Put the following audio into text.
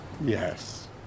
Yes